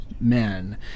men